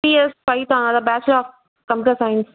CS Python அதுதான் bachelor of computer science